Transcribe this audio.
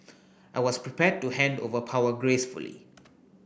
I was prepared to hand over power gracefully